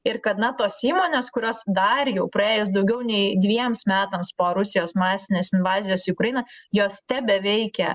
ir kad na tos įmonės kurios dar jau praėjus daugiau nei dviems metams po rusijos masinės invazijos į ukrainą jos tebeveikia